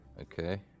Okay